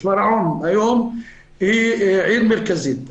שפרעם היום היא עיר מרכזית.